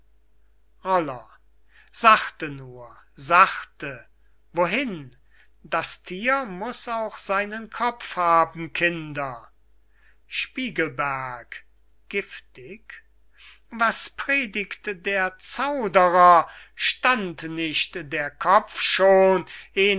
roller sachte nur sachte wohin das thier muß auch seinen kopf haben kinder spiegelberg giftig was predigt der zauderer stand nicht der kopf schon